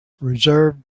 reserved